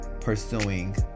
pursuing